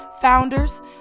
founders